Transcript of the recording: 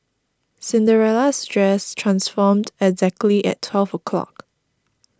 Cinderella's dress transformed exactly at twelve o' clock